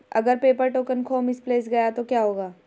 अगर paper token खो misplaced गया तो क्या होगा?